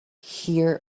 hear